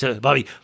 Bobby